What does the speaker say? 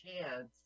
chance